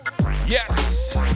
Yes